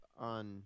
on